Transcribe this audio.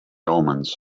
omens